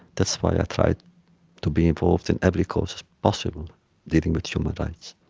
that's why i try to be involved in every cause possible dealing with human rights.